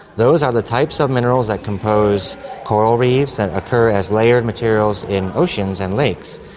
those are the types of minerals that compose coral reefs and occur as layered materials in oceans and lakes.